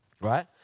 Right